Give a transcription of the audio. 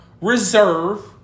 reserve